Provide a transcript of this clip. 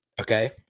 Okay